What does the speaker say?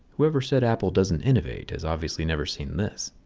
whoever said apple doesn't innovate has obviously never seen this.